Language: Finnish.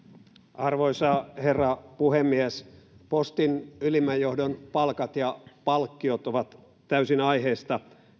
arvoisa herra puhemies postin ylimmän johdon palkat ja palkkiot ovat täysin aiheesta